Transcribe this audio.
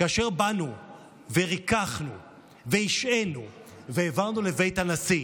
כאשר באנו וריככנו והשעינו והעברנו לבית הנשיא,